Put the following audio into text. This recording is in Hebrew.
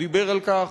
דיבר על כך,